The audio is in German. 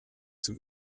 zum